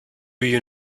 you